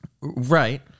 right